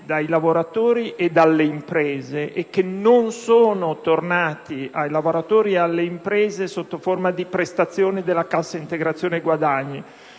dai lavoratori e dalle imprese che non sono tornati ai lavoratori e alle imprese sotto forma di prestazioni della cassa integrazione guadagni.